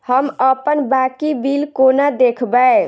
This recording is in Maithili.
हम अप्पन बाकी बिल कोना देखबै?